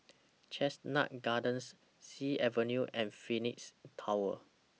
Chestnut Gardens Sea Avenue and Phoenix Tower